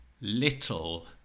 little